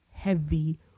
heavy